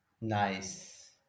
Nice